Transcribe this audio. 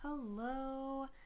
Hello